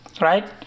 right